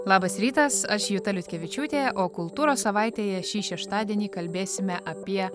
labas rytas aš juta liutkevičiūtė o kultūros savaitėje šį šeštadienį kalbėsime apie